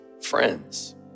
friends